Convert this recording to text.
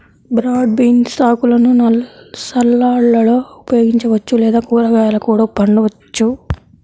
broad beans ఆకులను సలాడ్లలో ఉపయోగించవచ్చు లేదా కూరగాయలా కూడా వండవచ్చు